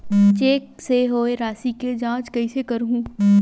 Cheque से होए राशि के जांच कइसे करहु?